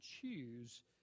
choose